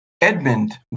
Edmund